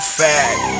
fact